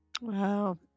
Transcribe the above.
Wow